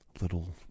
little